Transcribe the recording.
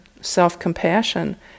self-compassion